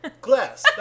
glass